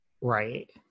Right